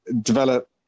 develop